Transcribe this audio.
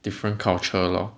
different culture lor